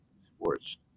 sports